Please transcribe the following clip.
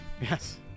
Yes